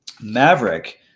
Maverick